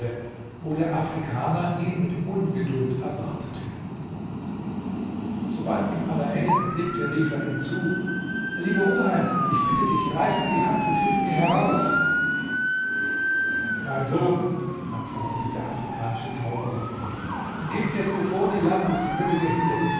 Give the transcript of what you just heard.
wo der afrikaner ihn mit ungeduld erwartete sobald ihm alaeddin erblickte rief er ihm zu lieber oheim ich bitte dich reich mir die hand und hilf mir heraus mein sohn antwortete der afrikanische zauberer gib mir zuvor die lampe sie könnte dir hinderlich